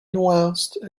nuanced